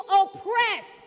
oppress